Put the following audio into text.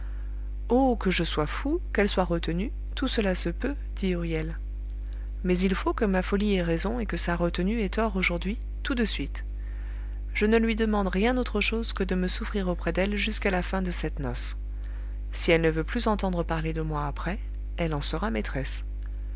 oh que je sois fou qu'elle soit retenue tout cela se peut dit huriel mais il faut que ma folie ait raison et que sa retenue ait tort aujourd'hui tout de suite je ne lui demande rien autre chose que de me souffrir auprès d'elle jusqu'à la fin de cette noce si elle ne veut plus entendre parler de moi après elle en sera maîtresse